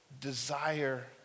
desire